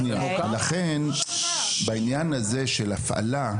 ולכן בעניין הזה של הפעלה,